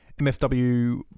MFW